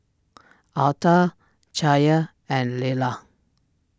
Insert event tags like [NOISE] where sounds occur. [NOISE] Altha Chaya and Lella